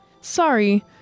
Sorry